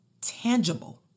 tangible